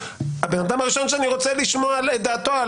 הבן אדם הראשון שאני רוצה לשמוע את דעתו על